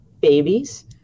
babies